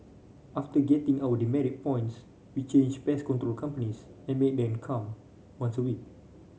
after getting our demerit points we changed pest control companies and made them come once a week